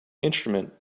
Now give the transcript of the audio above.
instrument